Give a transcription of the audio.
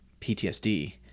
PTSD